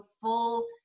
full